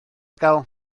gael